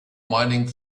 mining